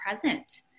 present